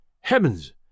Heavens